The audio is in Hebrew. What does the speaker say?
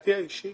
לדעתי האישית